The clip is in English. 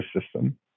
system